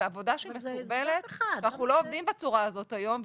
זה עבודה שהיא מסורבלת ואנחנו לא עובדים בצורה הזאת היום,